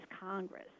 Congress